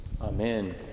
Amen